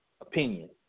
opinion